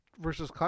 Versus